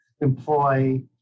employ